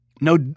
No